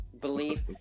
Believe